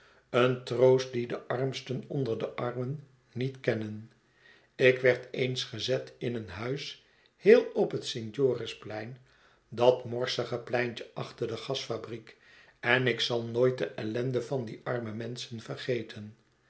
een troost dien de armsten onder de armen niet kennen ik werd eens gezet in een huis heel op het st jorisplein dat morsige pleintje achter de gasfabriek en ik zal nooit de ellende van die arme menschen vergeten